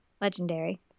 Legendary